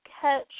catch